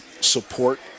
support